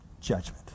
judgment